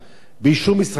באישור משרד הפנים